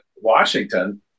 Washington